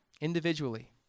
individually